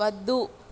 వద్దు